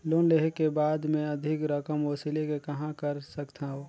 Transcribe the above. Loan लेहे के बाद मे अधिक रकम वसूले के कहां कर सकथव?